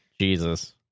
Jesus